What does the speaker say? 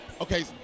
Okay